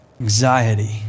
Anxiety